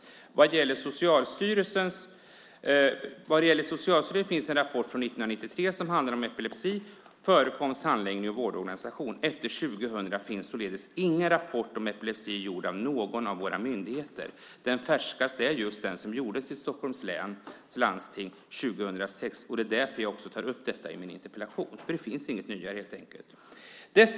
Vad gäller Socialstyrelsen finns det en rapport från 1993 som handlar om epilepsi, förekomst, handläggning och vårdorganisation. Efter 2000 finns det således ingen rapport om epilepsi gjord av någon av våra myndigheter. Den färskaste är just den som gjordes i Stockholms läns landsting 2006. Det är därför jag också tar upp detta i min interpellation, för det finns helt enkelt inget nyare.